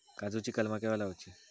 काजुची कलमा केव्हा लावची?